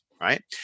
Right